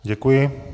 Děkuji.